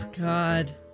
God